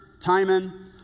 Timon